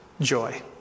joy